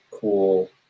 cool